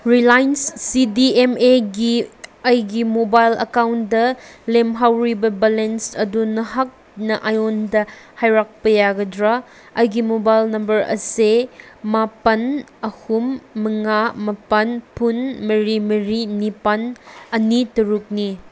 Reliance C D M ꯑꯦꯒꯤ ꯑꯩꯒꯤ mobile ꯑꯀꯥꯎꯟꯗ ꯂꯦꯝꯍꯧꯔꯤꯕ ꯕꯂꯦꯟꯁ ꯑꯗꯨ ꯅꯍꯥꯛꯅ ꯑꯩꯉꯣꯟꯗ ꯍꯥꯏꯔꯛꯄ ꯌꯥꯒꯗ꯭ꯔꯥ ꯑꯩꯒꯤ ꯃꯣꯕꯥꯏꯜ ꯅꯝꯕꯔ ꯑꯁꯦ ꯃꯥꯄꯟ ꯑꯍꯨꯝ ꯃꯉꯥ ꯃꯥꯄꯟ ꯐꯨꯟ ꯃꯔꯤ ꯃꯔꯤ ꯅꯤꯄꯥꯟ ꯑꯅꯤ ꯇꯔꯨꯛꯅꯤ